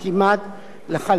ובשבועות הקרובים,